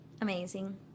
Amazing